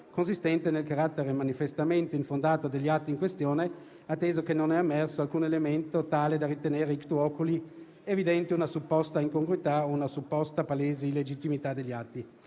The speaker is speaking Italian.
consistente nel carattere manifestamente infondato degli atti in questione, atteso che non è emerso alcun elemento tale da ritenere *ictu oculi* evidente una supposta incongruità o una supposta palese illegittimità degli atti.